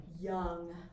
young